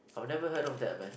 I've never heard of that men